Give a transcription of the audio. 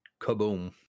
kaboom